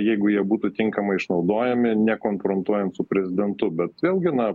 jeigu jie būtų tinkamai išnaudojami nekonfrontuojant su prezidentu bet vėlgi na